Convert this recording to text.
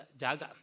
Jaga